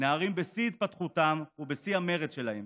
נערים בשיא התפתחותם ובשיא המרץ שלהם.